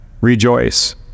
rejoice